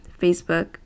Facebook